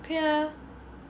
ok ah